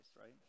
right